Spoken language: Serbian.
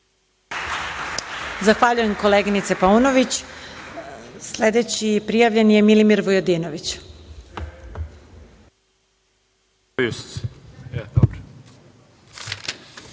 Zahvaljujem, koleginice Paunović. Sledeći prijavljeni je Milimir Vujadinović.